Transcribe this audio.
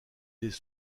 des